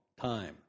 time